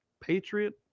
Patriot